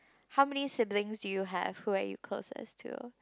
how many siblings do you have who are you closest to